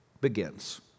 begins